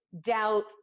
doubt